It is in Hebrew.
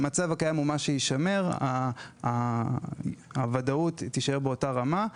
המצב הקיים הוא מה שיישמר והוודאות תישאר באותה הרמה.